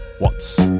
Watts